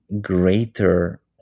greater